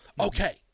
okay